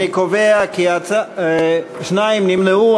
שניים נמנעו.